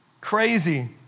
Crazy